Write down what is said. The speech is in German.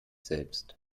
selbst